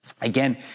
Again